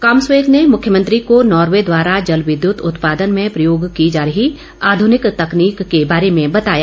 कामस्वेग ने मुख्यमंत्री को नार्वे द्वारा जलविद्युत उत्पादन में प्रयोग की जा रही आधुनिक तकनीक के बारे में बताया